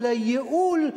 על הייעול,